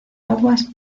aguas